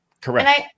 Correct